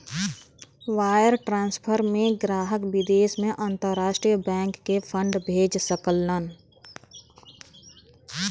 wire transfer में ग्राहक विदेश में अंतरराष्ट्रीय बैंक के फंड भेज सकलन